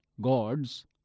gods